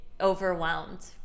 overwhelmed